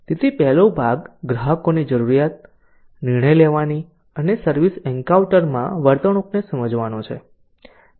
તેથી પહેલો ભાગ ગ્રાહકોની જરૂરિયાતો નિર્ણય લેવાની અને સર્વિસ એન્કાઉન્ટરમાં વર્તણૂકને સમજવાનો છે